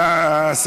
ביידיש?